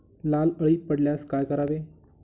लाल अळी पडल्यास काय करावे?